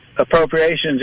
appropriations